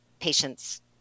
patient's